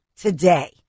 today